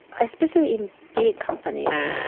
especially in big companies,